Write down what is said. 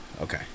okay